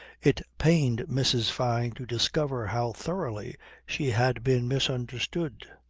it pained mrs. fyne to discover how thoroughly she had been misunderstood.